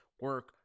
Work